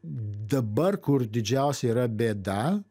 dabar kur didžiausia yra bėda